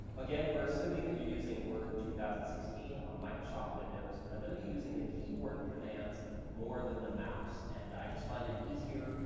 again, we're assuming that you're using word two thousand and sixteen on microsoft windows, and i'm going to be using the keyboard commands more than the mouse. and i just find it easier.